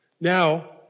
Now